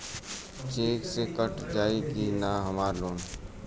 Check से कट जाई की ना हमार लोन?